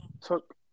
took